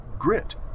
grit